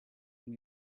from